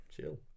Chill